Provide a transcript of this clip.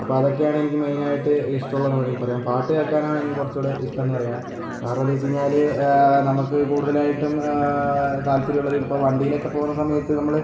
അപ്പം അതൊക്കെയാണ് എനിക്ക് മെയിനായിട്ട് ഇഷ്ടമുള്ളതെന്ന് വേണമെങ്കിൽ പറയാം പാട്ട് കേൾക്കാനാണ് എനിക്ക് കുറച്ചൂടെ ഇഷ്ട്ടം എന്ന് പറയാം കാരണന്തെന്നു വെച്ചു കഴിഞ്ഞാല് നമുക്ക് കൂടുതലായിട്ടും താല്പര്യമുള്ളത് ഇപ്പോൾ വണ്ടീലൊക്കെ പോകുന്ന സമയത്ത് നമ്മള്